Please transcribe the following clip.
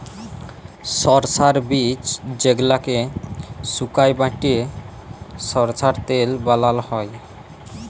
সরষার বীজ যেগলাকে সুকাই বাঁটে সরষার তেল বালাল হ্যয়